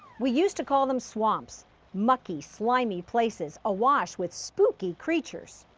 we used to call them swamps mucky, slimy places, awash with spooky creatures.